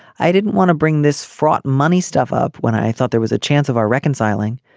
i didn't want to bring this fraud money stuff up when i thought there was a chance of our reconciling.